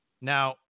Now